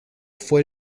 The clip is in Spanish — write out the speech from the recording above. fue